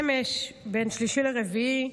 אמש, בין שלישי לרביעי,